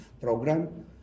program